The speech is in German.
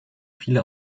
viele